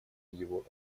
его